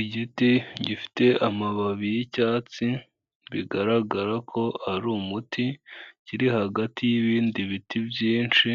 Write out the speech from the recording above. Igiti gifite amababi yicyatsi, bigaragara ko ari umuti, kiri hagati y'ibindi biti byinshi,